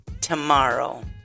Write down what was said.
tomorrow